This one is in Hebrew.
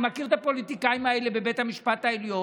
אני מכיר את הפוליטיקאים האלה בבית המשפט העליון.